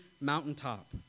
mountaintop